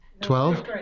Twelve